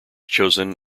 chosen